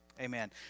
Amen